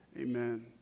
Amen